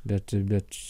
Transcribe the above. bet bet